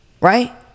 Right